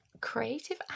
creative